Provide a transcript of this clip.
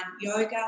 yoga